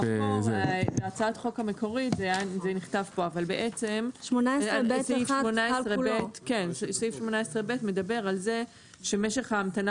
בהצעת החוק המקורית זה נכתב אבל סעיף 18ב מדבר על זה ש"משך ההמתנה